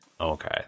Okay